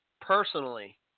personally